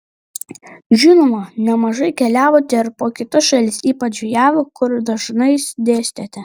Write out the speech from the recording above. žinoma nemažai keliavote ir po kitas šalis ypač jav kur dažnai dėstėte